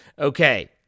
Okay